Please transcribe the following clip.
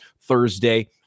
Thursday